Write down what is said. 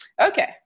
Okay